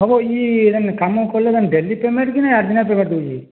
ହଏ ବୋ ଇ ଯେନ୍ କାମ କଲେ ଯେନ୍ ଡେଲି ପେମେଣ୍ଟ୍ କି ନାଇଁ ଆଠ୍ ଦିନିଆ ପେମେଣ୍ଟ୍ ଦଉଛେ